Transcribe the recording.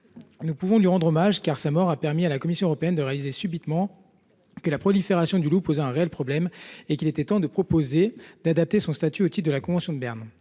Nous pouvons lui rendre hommage, car sa mort a permis à la Commission de comprendre subitement que la prolifération du loup posait un réel problème et qu’il était temps de proposer d’adapter son statut au titre de la convention de Berne.